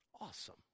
Awesome